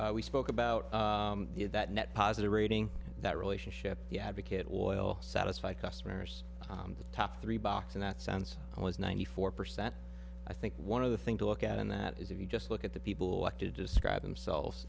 we spoke about that net positive rating that relationship the advocate oil satisfied customers the top three box in that sense was ninety four percent i think one of the thing to look at and that is if you just look at the people like to describe themselves